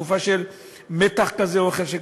בתקופה של מתח כזה או אחר.